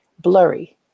blurry